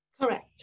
Correct